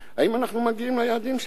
האם אנחנו מגיעים ליעדים שקבענו?